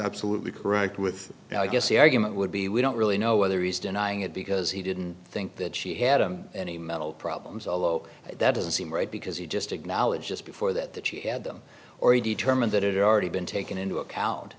absolutely correct with i guess the argument would be we don't really know whether he's denying it because he didn't think that she had him any mental problems although that doesn't seem right because he just acknowledged just before that that she had them or he determined that it already been taken into account